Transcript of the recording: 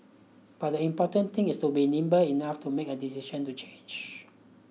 but the important thing is to be nimble enough to make a decision to change